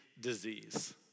disease